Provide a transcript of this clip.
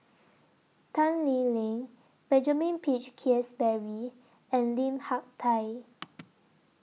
Tan Lee Leng Benjamin Peach Keasberry and Lim Hak Tai